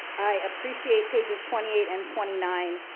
i appreciate pages twenty eight and twenty nine.